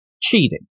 Cheating